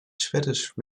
swedish